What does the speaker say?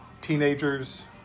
teenagers